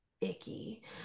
icky